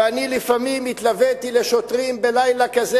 ואני לפעמים התלוויתי לשוטרים בלילה כזה,